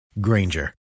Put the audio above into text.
Granger